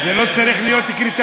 זה לא צריך להיות קריטריון?